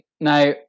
now